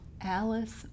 alice